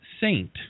Saint